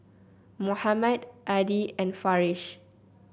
Muhammad Adi and Farish